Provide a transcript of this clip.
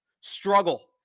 struggle